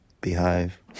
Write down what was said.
behave